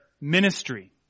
ministry